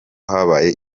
habaye